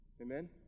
Amen